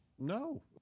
No